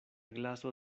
glaso